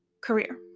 career